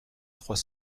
trois